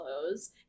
clothes